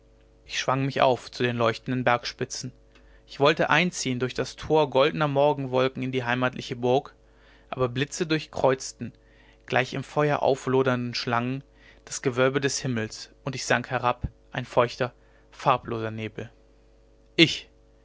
ich schwang mich auf zu den leuchtenden bergspitzen ich wollte einziehn durch das tor goldner morgenwolken in die heimatliche burg aber blitze durchkreuzten gleich im feuer auflodernden schlangen das gewölbe des himmels und ich sank herab ein feuchter farbloser nebel ich